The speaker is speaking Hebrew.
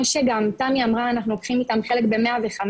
שגם תמי אמרה אנחנו לוקחים איתם חלק ב-105,